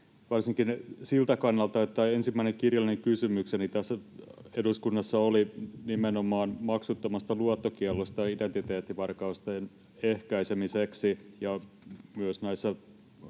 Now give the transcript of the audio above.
varsinkin siltä kannalta, että ensimmäinen kirjallinen kysymykseni täällä eduskunnassa oli nimenomaan maksuttomasta luottokiellosta identiteettivarkausten ehkäisemiseksi. Myös näissä